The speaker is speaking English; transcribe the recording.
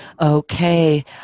Okay